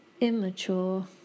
immature